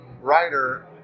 writer